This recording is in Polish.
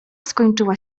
skończyła